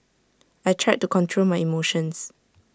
I tried to control my emotions